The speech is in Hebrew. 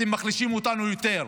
אתם מחלישים אותנו יותר.